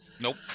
Nope